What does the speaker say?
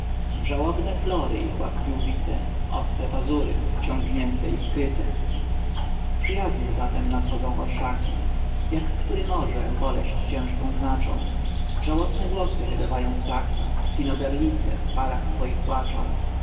żałobne flory ich łapki uwite ostre pazury wciągnione i skryte przyjazne za tem nadchodzą orszaki jak który może boleść cieżką znaczą żałośne głosy wydawają ptaki sinogarlice w parach swoich płaczą